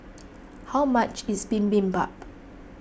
how much is Bibimbap